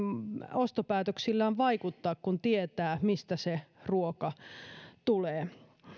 ostopäätöksillään vaikuttaa kun tietää mistä se ruoka tulee